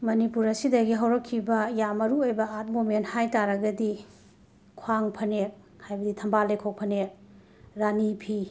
ꯃꯅꯤꯄꯨꯔꯁꯤꯗꯒꯤ ꯍꯧꯔꯛꯈꯤꯕ ꯌꯥꯝ ꯃꯔꯨ ꯑꯣꯏꯕ ꯑꯥꯔꯠ ꯃꯣꯃꯦꯟ ꯍꯥꯏ ꯇꯥꯔꯒꯗꯤ ꯈ꯭ꯋꯥꯡ ꯐꯅꯦꯛ ꯍꯥꯏꯕꯗꯤ ꯊꯝꯕꯥꯜ ꯂꯩꯈꯣꯛ ꯐꯅꯦꯛ ꯔꯥꯅꯤ ꯐꯤ